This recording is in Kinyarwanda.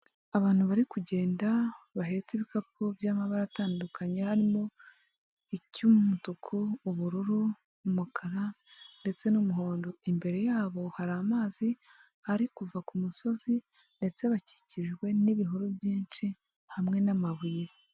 Abantu bari kugenda bahetse ibikapu by'amabara atandukanye harimo icy'umutuku, ubururu, umukara ndetse n'umuhondo. Imbere yabo hari amazi ari kuva ku musozi ndetse bakikijwe n'ibihuru byinshi hamwe n'amabuye.